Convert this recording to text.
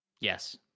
Yes